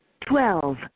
Twelve